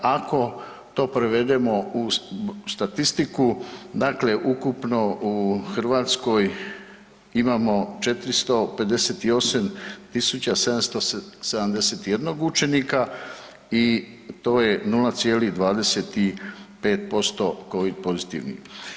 Ako to provedemo u statistiku, dakle ukupno u Hrvatskoj imamo 458 771 učenika i to je 0,25% Covid pozitivnih.